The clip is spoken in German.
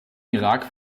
irak